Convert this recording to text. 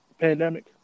pandemic